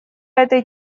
этой